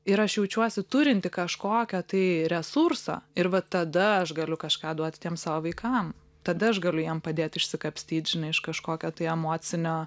ir aš jaučiuosi turinti kažkokio tai resurso ir va tada aš galiu kažką duoti tiem savo vaikam tada aš galiu jiem padėt išsikapstyt žinai iš kažkokio tai emocinio